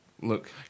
look